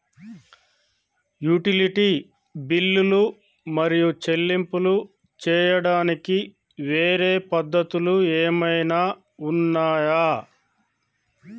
Utility బిల్లులు మరియు చెల్లింపులు చేయడానికి వేరే పద్ధతులు ఏమైనా ఉన్నాయా?